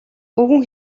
өвгөн